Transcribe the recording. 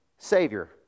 Savior